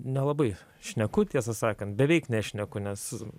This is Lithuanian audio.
nelabai šneku tiesą sakant beveik nešneku nes